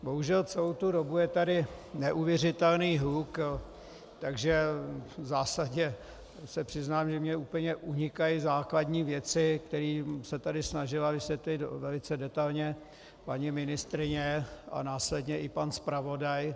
Bohužel celou tu dobu je tady neuvěřitelný hluk, takže v zásadě se přiznám, že mně úplně unikají základní věci, které se tady snažila vysvětlit velice detailně paní ministryně a následně i pan zpravodaj.